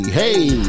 hey